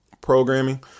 programming